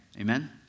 Amen